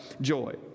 joy